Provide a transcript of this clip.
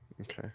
okay